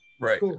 Right